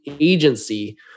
agency